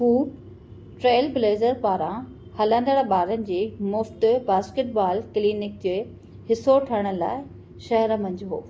हू Trail Blazers पारां हलंदड़ु ॿारनि जे मुफ़्तु बास्केटबॉल क्लीनिक जे हिसो ठहण लाइ शहरु मंझि हो